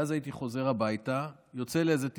ואז הייתי חוזר הביתה, יוצא לאיזו טיסה,